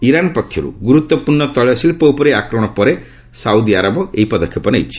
Iran ପକ୍ଷରୁ ଗୁରୁତ୍ୱପୂର୍ଣ୍ଣ ତେଳଶିଳ୍ପ ଉପରେ ଆକ୍ରମଣ ପରେ ଦାଉଦି ଆରବ ଏହି ପଦକ୍ଷେପ ନେଇଛି